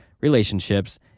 relationships